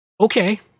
Okay